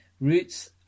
roots